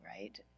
right